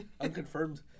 Unconfirmed